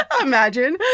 imagine